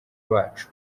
bacu